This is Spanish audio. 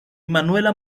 manuela